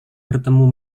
bertemu